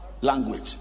language